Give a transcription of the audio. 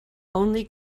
only